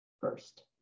first